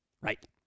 Right